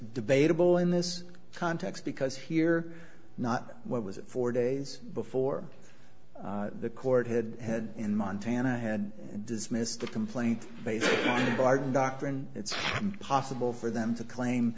debatable in this context because here not what was it four days before the court had had in montana had dismissed the complaint based on the barton doctrine it's impossible for them to claim